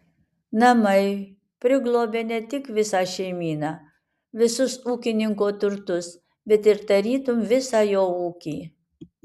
namai priglobia ne tik visą šeimyną visus ūkininko turtus bet ir tarytum visą jo ūkį